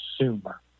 consumer